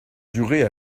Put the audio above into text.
durer